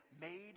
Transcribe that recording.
made